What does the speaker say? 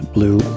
Blue